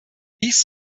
these